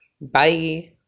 Bye